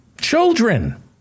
children